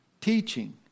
teaching